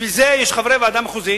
בשביל זה יש חברי ועדה מחוזית,